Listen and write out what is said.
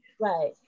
Right